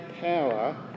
power